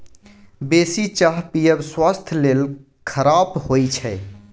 बेसी चाह पीयब स्वास्थ्य लेल खराप होइ छै